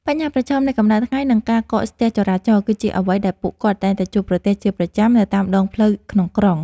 បញ្ហាប្រឈមនៃកម្ដៅថ្ងៃនិងការកកស្ទះចរាចរណ៍គឺជាអ្វីដែលពួកគាត់តែងតែជួបប្រទះជាប្រចាំនៅតាមដងផ្លូវក្នុងក្រុង។